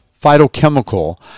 phytochemical